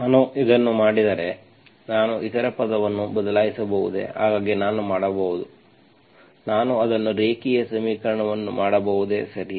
ನಾನು ಇದನ್ನು ಮಾಡಿದರೆ ನಾನು ಇತರ ಪದವನ್ನು ಬದಲಾಯಿಸಬಹುದೇ ಹಾಗಾಗಿ ನಾನು ಮಾಡಬಹುದು ನಾನು ಮಾಡಬಹುದೇ ನಾನು ಅದನ್ನು ರೇಖೀಯ ಸಮೀಕರಣವನ್ನು ಮಾಡಬಹುದೇ ಸರಿ